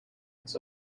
its